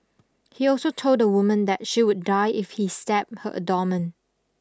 he also told the woman that she would die if he stabbed her abdomen